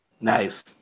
Nice